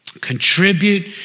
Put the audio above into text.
contribute